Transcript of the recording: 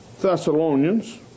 Thessalonians